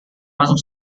masuk